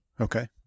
Okay